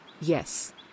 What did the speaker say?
Yes